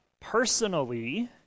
personally